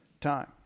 time